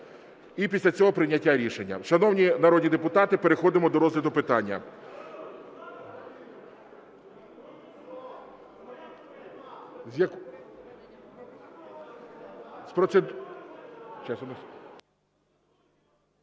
І після цього прийняття рішення. Шановні народні депутати, переходимо до розгляду питання.